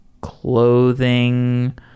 clothing